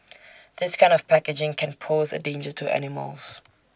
this kind of packaging can pose A danger to animals